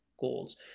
goals